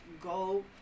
go